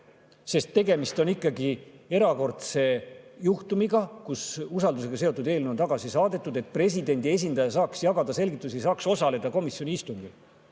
anda. Tegemist on ikkagi erakordse juhtumiga, kus usaldusega seotud eelnõu on tagasi saadetud. [Oluline on,] et presidendi esindaja saaks jagada selgitusi ja saaks osaleda komisjoni istungil.